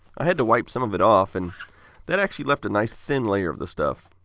i had to wipe some of it off. and that actually left a nice thin layer of the stuff.